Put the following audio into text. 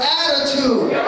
attitude